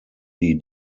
die